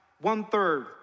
one-third